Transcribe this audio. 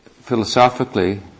philosophically